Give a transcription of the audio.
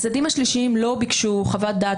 הצדדים השלישיים לא ביקשו חוות דעת